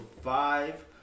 five